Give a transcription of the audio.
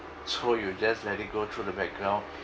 so you just let it go through the background